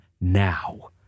now